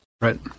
Right